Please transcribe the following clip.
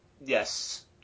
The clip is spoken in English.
Yes